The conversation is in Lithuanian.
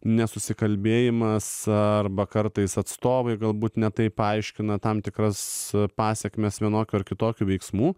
nesusikalbėjimas arba kartais atstovai galbūt ne tai paaiškina tam tikras pasekmes vienokio ar kitokių veiksmų